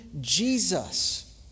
Jesus